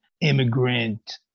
immigrant